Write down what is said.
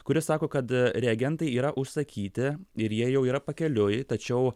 kuris sako kad reagentai yra užsakyti ir jie jau yra pakeliui tačiau